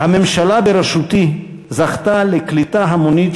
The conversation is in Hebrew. "הממשלה בראשותי זכתה לקליטה המונית